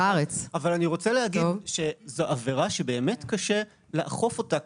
אני רוצה לומר שזו עבירה שבאמת קשה לאכוף אותה,